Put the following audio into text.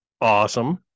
Awesome